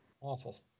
Awful